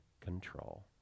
control